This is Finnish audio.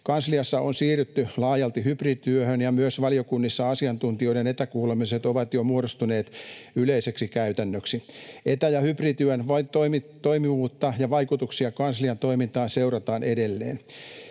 Kansliassa on siirrytty laajalti hybridityöhön, ja myös valiokunnissa asiantuntijoiden etäkuulemiset ovat jo muodostuneet yleiseksi käytännöksi. Etä- ja hybridityön toimivuutta ja vaikutuksia kanslian toimintaan seurataan edelleen.